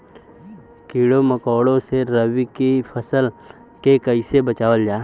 कीड़ों मकोड़ों से रबी की फसल के कइसे बचावल जा?